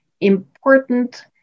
important